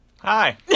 Hi